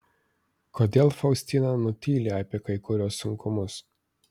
kodėl faustina nutyli apie kai kuriuos sunkumus